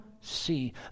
see